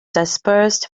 dispersed